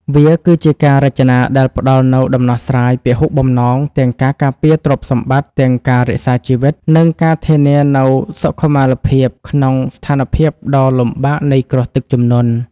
វាគឺជាការរចនាដែលផ្តល់នូវដំណោះស្រាយពហុបំណង ទាំងការការពារទ្រព្យសម្បត្តិ ទាំងការរក្សាជីវិត និងការធានានូវសុខុមាលភាពក្នុងស្ថានភាពដ៏លំបាកនៃគ្រោះទឹកជំនន់។